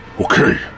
Okay